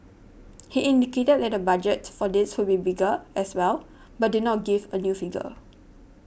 he indicated that the budget for this would be bigger as well but did not give a new figure